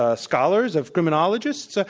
ah scholars, of criminologists. ah